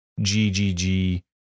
GGG